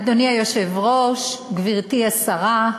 אדוני היושב-ראש, גברתי השרה,